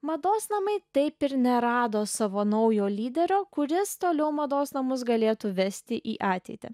mados namai taip ir nerado savo naujo lyderio kuris toliau mados namus galėtų vesti į ateitį